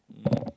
um